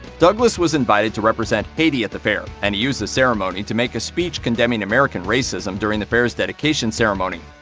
douglass was invited to represent haiti at the fair, and he used the opportunity to make a speech condemning american racism during the fair's dedication ceremony.